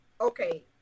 okay